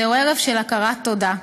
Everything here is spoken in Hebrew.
זהו ערב של הכרת תודה,